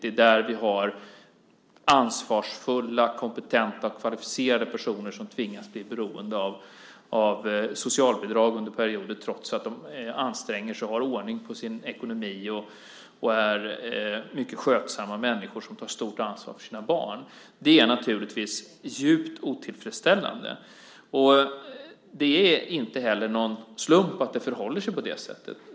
Det är där som vi har ansvarsfulla, kompetenta och kvalificerade personer som tvingas bli beroende av socialbidrag under perioder trots att de anstränger sig och har ordning på sin ekonomi och är mycket skötsamma människor som tar stort ansvar för sina barn. Det är naturligtvis djupt otillfredsställande. Det är inte heller någon slump att det förhåller sig på det sättet.